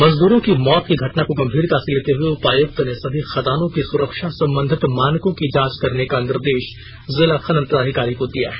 मजदूरों की मौत की घटना को गंभीरता से लेते हुए उपायुक्त ने सभी खदानों की सुरक्षा संबंधित मानकों की जांच करने का निर्देश जिला खनन पदाधिकारी को दिया है